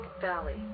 Valley